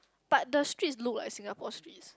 but the streets look like Singapore's streets